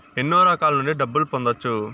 ఎన్నో రకాల నుండి డబ్బులు పొందొచ్చు